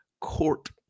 court